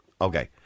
Okay